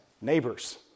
Neighbors